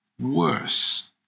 worse